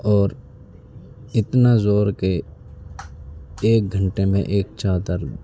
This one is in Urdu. اور اتنا زور کہ ایک گھنٹے میں ایک چادر